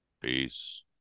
Peace